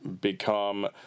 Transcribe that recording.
become